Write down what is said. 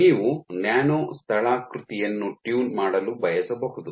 ನೀವು ನ್ಯಾನೊ ಸ್ಥಳಾಕೃತಿಯನ್ನು ಟ್ಯೂನ್ ಮಾಡಲು ಬಯಸಬಹುದು